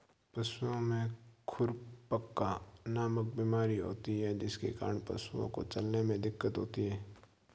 पशुओं में खुरपका नामक बीमारी होती है जिसके कारण पशुओं को चलने में दिक्कत होती है